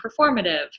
performative